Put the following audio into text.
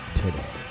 today